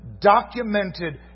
documented